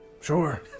Sure